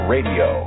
Radio